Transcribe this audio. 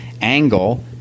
Angle